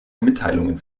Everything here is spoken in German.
mitteilungen